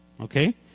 Okay